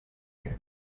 you